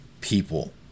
people